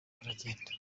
baragenda